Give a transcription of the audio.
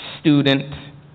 student